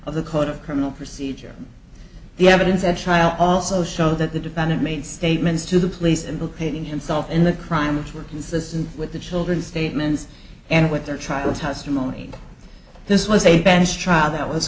of the code of criminal procedure the evidence at trial also showed that the defendant made statements to the police and painting himself in the crime which were consistent with the children statements and with their child testimony this was a bench trial that was